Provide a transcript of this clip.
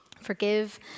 Forgive